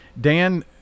Dan